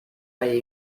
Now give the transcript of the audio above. valle